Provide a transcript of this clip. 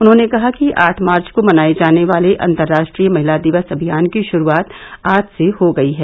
उन्होंने कहा कि आठ मार्च को मनाये जाने वाले अंतर्राष्ट्रीय महिला दिवस अभियान की शुरुआत आज से हो गई है